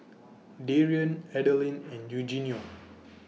Darien Adilene and Eugenio